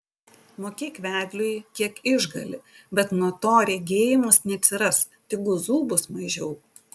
mokėk vedliui kiek išgali bet nuo to regėjimas neatsiras tik guzų bus mažiau